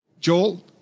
Joel